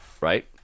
right